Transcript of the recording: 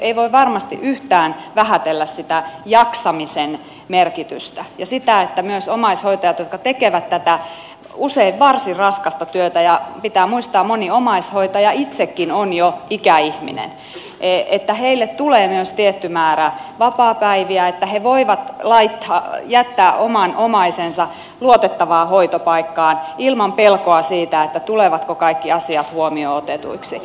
ei voi varmasti yhtään vähätellä sitä jaksamisen merkitystä ja sitä että myös omaishoitajille jotka tekevät tätä usein varsin raskasta työtä ja pitää muistaa että moni omaishoitaja itsekin on jo ikäihminen tulee myös tietty määrä vapaapäiviä niin että he voivat jättää oman omaisensa luotettavaan hoitopaikkaan ilman pelkoa siitä tulevatko kaikki asiat huomioon otetuiksi